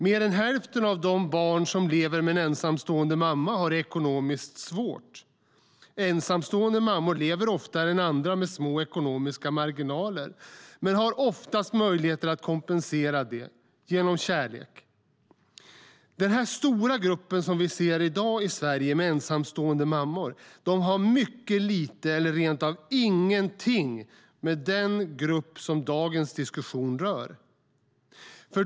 Mer än hälften av de barn som lever med en ensamstående mamma har det ekonomiskt svårt. Ensamstående mammor lever oftare än andra med små ekonomiska marginaler men har oftast möjligheter att kompensera det genom kärlek. Den här stora gruppen, som vi ser i dag i Sverige, med ensamstående mammor har mycket lite eller rent av ingenting med den grupp som dagens diskussion rör.